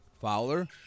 Fowler